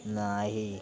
नाही